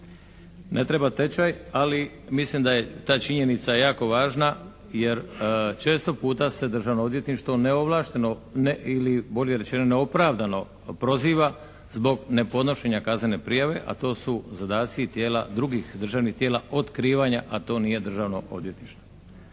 Ne treba tečaj ali mislim da je ta činjenica jako važna jer često puta se državno odvjetništvo neovlašteno ili bolje rečeno neopravdano proziva zbog nepodnošenja kaznene prijave a to su zadaci i tijela drugih državnih tijela otkrivanja a to nije državno odvjetništvo.